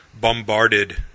bombarded